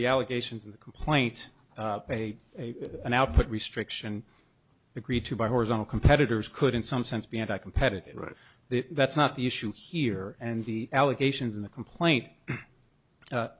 the allegations of the complaint by a now put restriction agreed to by horizontal competitors could in some sense be anti competitive right that's not the issue here and the allegations in the complaint